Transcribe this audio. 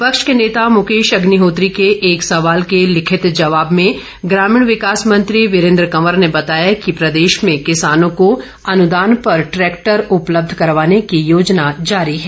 विपक्ष के नेता मुकेश अग्निहोत्री के एक सवाल के लिखित जवाब में ग्रामीण विकास मंत्री वीरेंद्र कंवर ने बताया कि प्रदेश में किसानों को अनुदान पर ट्रैक्टर उपलब्ध करवाने की योजना जारी है